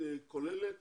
במדיניות כוללת